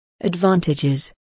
Advantages